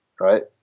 right